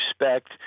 respect